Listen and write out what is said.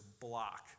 block